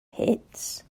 hits